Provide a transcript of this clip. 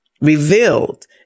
revealed